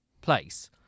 place